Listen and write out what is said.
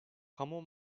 kamu